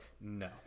no